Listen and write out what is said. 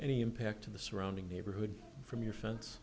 any impact to the surrounding neighborhood from your friends